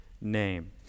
name